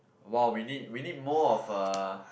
!wow! we need we need more of uh